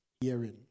Hearing